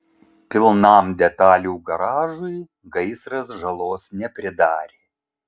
pilnam detalių garažui gaisras žalos nepridarė